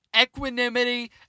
equanimity